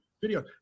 video